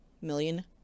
million